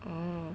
oh